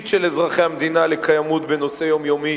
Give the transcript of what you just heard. של אזרחי המדינה לקיימות בנושא יומיומי